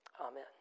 amen